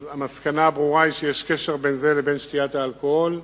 אז המסקנה הברורה היא שיש קשר בין זה לבין שתיית האלכוהול,